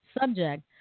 subject